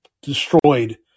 destroyed